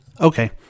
Okay